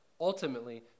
ultimately